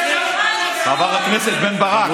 חבר הכנסת בן ברק,